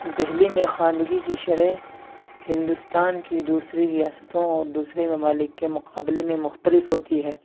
دہلی میں خواندگی کی شرح ہندوستان کی دوسری ریاستوں اور دوسرے ممالک کے مقابلے میں مختلف ہوتی ہے